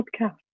podcast